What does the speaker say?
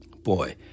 boy